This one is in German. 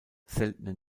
seltene